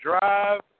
drive